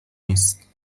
نیست